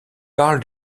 parle